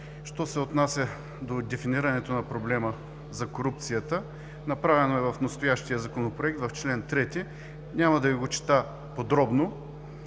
Що се отнася до дефинирането на проблема за корупцията, направено е в настоящия Законопроект в чл. 3, няма да Ви го чета подробно,